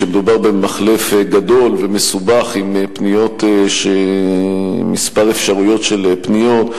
כשמדובר במחלף גדול ומסובך עם כמה אפשרויות של פניות,